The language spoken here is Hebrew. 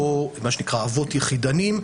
מה שנקרא אבות יחידניים,